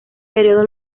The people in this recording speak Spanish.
período